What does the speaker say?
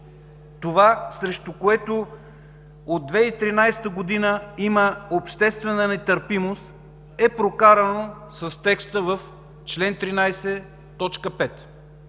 това, срещу което от 2013 г. има обществена нетърпимост, е прокарано с текста в чл. 13,